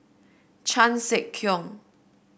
Chan Sek Keong